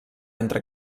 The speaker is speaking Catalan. entre